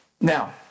now